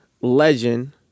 legend